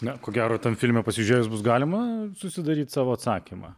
na ko gero tam filme pasižėjus bus galima susidaryt savo atsakymą